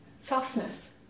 softness